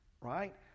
right